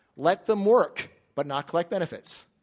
let them work, but not collect benefits.